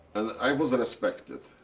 and i was respected,